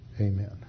Amen